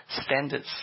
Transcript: standards